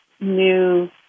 new